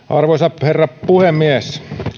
arvoisa herra puhemies